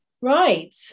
right